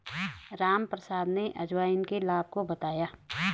रामप्रसाद ने अजवाइन के लाभ को बताया